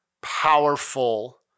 powerful